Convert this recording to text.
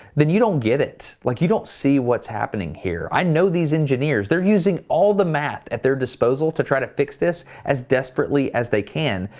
then you don't get it. like you don't see what's happening here. i know these engineers. they're using all the math at their disposal to try to fix this as desperately as they can,